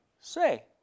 say